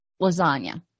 lasagna